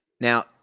Now